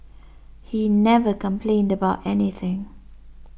he never complained about anything